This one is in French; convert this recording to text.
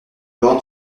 born